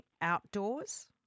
outdoors